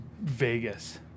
Vegas